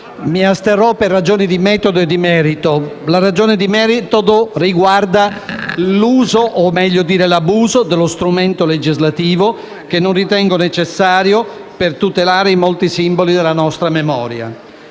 dal voto per ragioni di metodo e merito. La ragione di metodo riguarda l'uso o - meglio dire - l'abuso dello strumento legislativo, che non ritengo necessario per tutelare i molti simboli della nostra memoria.